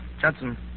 Judson